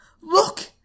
Look